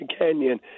Canyon